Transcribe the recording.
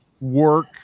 work